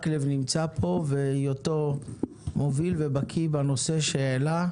מקלב נמצא פה, והיותו מוביל ובקיא בנושא שהעלה,